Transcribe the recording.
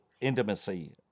intimacy